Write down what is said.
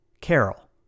Carol